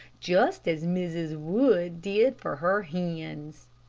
just as mrs. wood did for her hens.